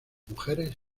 mujeres